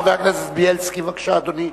חבר הכנסת בילסקי, בבקשה, אדוני.